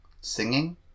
singing